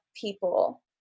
people